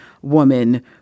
Woman